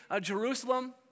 Jerusalem